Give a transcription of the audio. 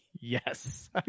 Yes